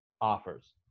offers